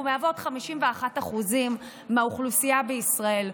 אנחנו מהוות 51% מהאוכלוסייה בישראל,